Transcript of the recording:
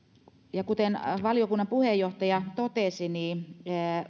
kuten valiokunnan puheenjohtaja totesi niin